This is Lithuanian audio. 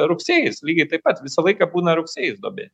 rugsėjis lygiai taip pat visą laiką būna rugsėjis duobė